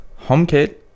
HomeKit